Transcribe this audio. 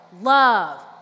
love